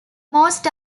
most